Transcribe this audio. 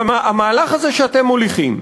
אבל המהלך הזה שאתם מוליכים,